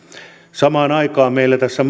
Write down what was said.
samaan aikaan meillä tässä